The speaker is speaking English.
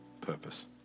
purpose